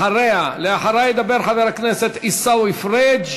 אחריה ידבר חבר הכנסת עיסאווי פריג',